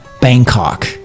Bangkok